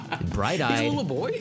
bright-eyed